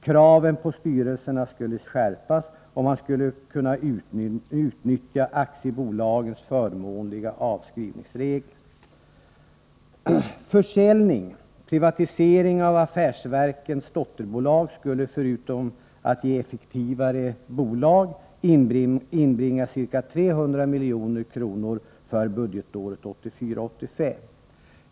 Kraven på styrelserna skulle skärpas, och man skulle kunna utnyttja aktiebolagslagens förmånliga avskrivningsregler. Försäljning — privatisering — av affärsverkens dotterbolag skulle förutom att ge effektivare bolag inbringa ca 300 milj.kr. för budgetåret 1984/85.